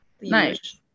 Nice